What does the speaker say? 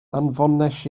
anfonais